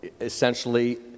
essentially